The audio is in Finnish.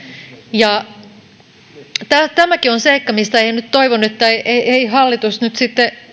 ja tämäkin on seikka mistä nyt toivon että ei ei hallitus nyt sitten